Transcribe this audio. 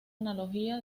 analogía